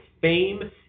fame